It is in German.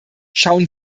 schauen